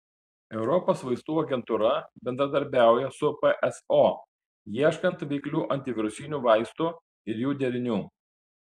europos vaistų agentūra bendradarbiauja su pso ieškant veiklių antivirusinių vaistų ir jų derinių